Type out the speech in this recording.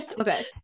okay